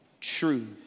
truth